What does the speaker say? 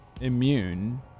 immune